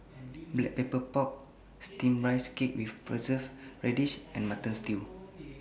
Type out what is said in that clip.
Black Pepper Pork Steamed Rice Cake with Preserved Radish and Mutton Stew